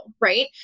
Right